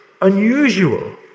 unusual